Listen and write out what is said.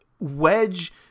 Wedge